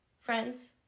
friends